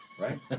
Right